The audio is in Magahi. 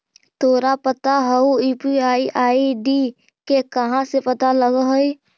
तोरा पता हउ, यू.पी.आई आई.डी के कहाँ से पता लगऽ हइ?